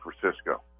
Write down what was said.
Francisco